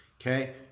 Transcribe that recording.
okay